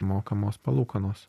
mokamos palūkanos